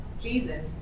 Jesus